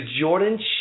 Jordan